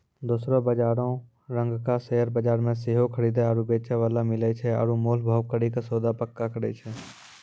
दोसरो बजारो रंगका शेयर बजार मे सेहो खरीदे आरु बेचै बाला मिलै छै आरु मोल भाव करि के सौदा पक्का करै छै